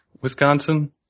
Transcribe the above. Wisconsin